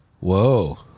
Whoa